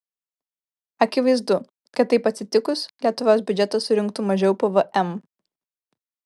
akivaizdu kad taip atsitikus lietuvos biudžetas surinktų mažiau pvm